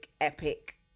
epic